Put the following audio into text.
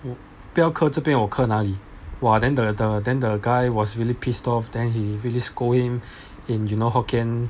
我不要咳这边我咳那里 !wah! then the then the guy was really pissed off then he really scold him in you know hokkien